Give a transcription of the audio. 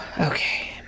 Okay